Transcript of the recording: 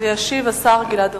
ישיב השר גלעד ארדן.